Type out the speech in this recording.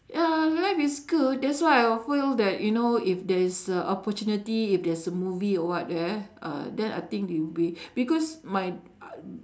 ya life is good that's why I feel that you know if there is a opportunity if there's a movie or what there then I think we will be because my